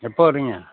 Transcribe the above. எப்போ வர்றீங்க